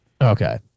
Okay